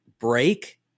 break